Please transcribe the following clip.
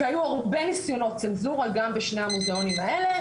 כי היו הרבה ניסיונות צנזורה גם בשני המוזיאונים האלה,